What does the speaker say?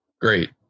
Great